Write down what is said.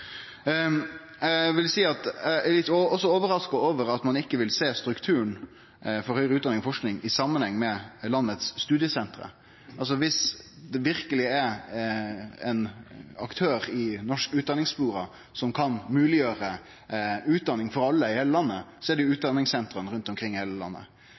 Eg er også overraska over at ein ikkje vil sjå strukturen for høgare utdanning og forsking i samanheng med studiesentra i landet. Viss det verkeleg er ein aktør i norsk utdanningsflora som kan mogleggjere utdanning for alle i heile landet, er det utdanningssentra rundt omkring i heile landet.